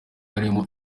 harimo